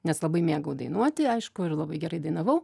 nes labai mėgau dainuoti aišku ir labai gerai dainavau